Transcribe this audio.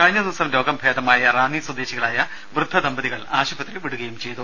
കഴിഞ്ഞ ദിവസം രോഗം ഭേദമായ റാന്നി സ്വദേശികളായ വൃദ്ധദമ്പതികൾ ആശുപത്രി വിടുകയും ചെയതു